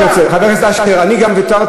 חבר הכנסת אשר, אני לא מבין מה אתה צועק.